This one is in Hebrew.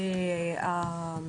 לפי סעיף 313א(א)(2)